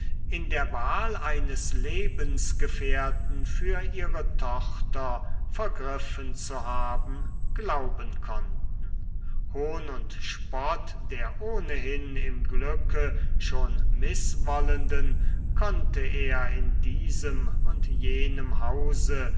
in der wahl eines lebensgefährten für ihre tochter vergriffen zu haben glauben konnten hohn und spott der ohnehin im glücke schon mißwollenden konnte er in diesem und jenem hause